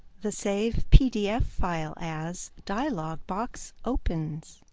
the save pdf file as dialog box opens.